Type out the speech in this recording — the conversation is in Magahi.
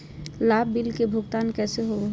लाभ बिल के भुगतान कैसे होबो हैं?